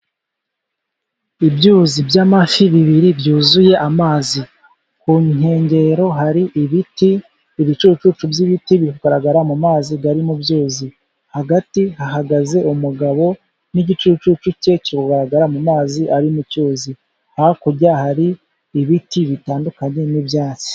Ibyuzi by'amafi bibiri byuzuye amazi. Ku nkengero hari ibiti, ibicucu by'ibiti biri kugaragara mu mazi ari mu byuzi, hagati hahagaze umugabo n'igicucu cye kiri kugaragara mu mazi ari mu cyuzi. Hakurya hari ibiti bitandukanye n'ibyatsi.